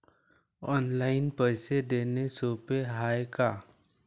Online पैसे देण सोप हाय का?